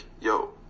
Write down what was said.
yo